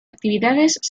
actividades